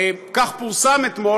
כך פורסם אתמול,